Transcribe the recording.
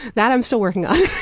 that i'm still working on.